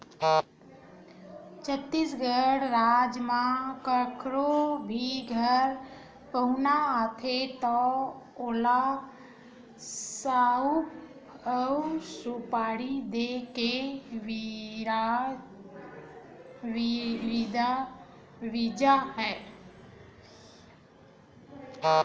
छत्तीसगढ़ राज म कखरो भी घर पहुना आथे त ओला सउफ अउ सुपारी दे के रिवाज हे